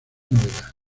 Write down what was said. novedad